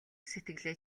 сэтгэлээ